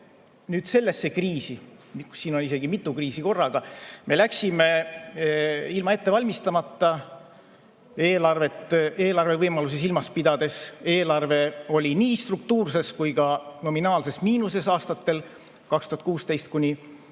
sellesse kriisi ja meil on isegi mitu kriisi korraga, ilma ette valmistamata, kui eelarve võimalusi silmas pidada. Eelarve oli nii struktuurses kui ka nominaalses miinuses aastatel 2016–2018.